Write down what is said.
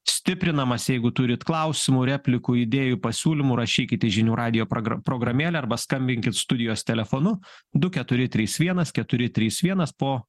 stiprinamas jeigu turit klausimų replikų idėjų pasiūlymų rašykit į žinių radijo pragra programėlę arba skambinkit studijos telefonu du keturi trys vienas keturi trys vienas po